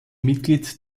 mitglied